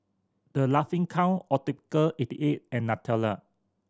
The Laughing Cow Optical eighty eight and Nutella